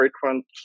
frequent